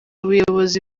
ubuyobozi